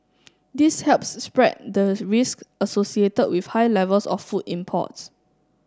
this helps spread the risk associated with high levels of food imports